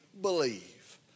believe